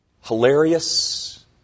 hilarious